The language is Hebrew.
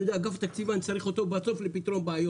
אני יודע שאני צריך את אגף תקציבים בסוף לפתרון בעיות.